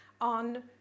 on